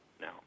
Now